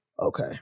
Okay